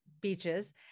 beaches